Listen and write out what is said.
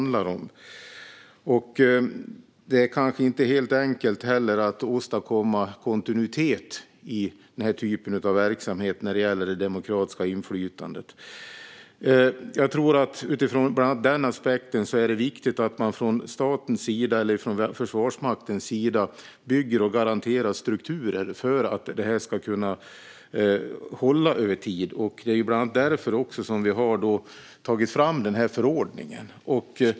Det kanske inte är helt enkelt att åstadkomma kontinuitet i denna typ av verksamhet när det gäller det demokratiska inflytandet. Utifrån bland annat denna aspekt är det viktigt att man från statens sida eller från Försvarsmaktens sida bygger och garanterar strukturer för att detta ska kunna hålla över tid. Det är bland annat därför som vi har tagit fram denna förordning.